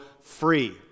free